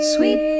Sweet